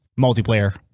multiplayer